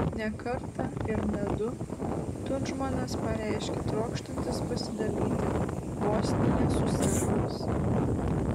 ne kartą ir ne du tudžmanas pareiškė trokštantis pasidalyti bosniją su serbais